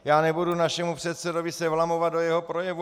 Já se nebudu našemu předsedovi vlamovat do jeho projevu.